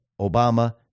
Obama